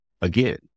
again